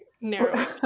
narrow